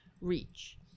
reach